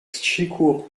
sikour